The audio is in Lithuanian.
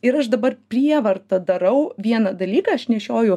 ir aš dabar prievarta darau vieną dalyką aš nešioju